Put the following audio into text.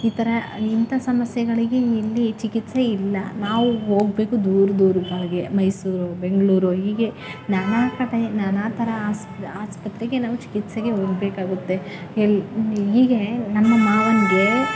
ಈ ಥರ ಇಂಥ ಸಮಸ್ಯೆಗಳಿಗೆ ಇಲ್ಲಿ ಚಿಕಿತ್ಸೆ ಇಲ್ಲ ನಾವು ಹೋಗಬೇಕು ದೂರ ದೂರದ ಹಾಗೆ ಮೈಸೂರು ಬೆಂಗಳೂರು ಹೀಗೆ ನಾನಾ ಕಡೆ ನಾನಾ ಥರ ಆಸ್ಪತ್ರೆಗೆ ನಾವು ಚಿಕಿತ್ಸೆಗೆ ಹೋಗ್ಬೇಕಾಗುತ್ತೆ ಎಲ್ಲ ಹೀಗೇ ನಮ್ಮ ಮಾವನಿಗೆ